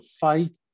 fight